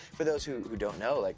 for those who who don't know, like,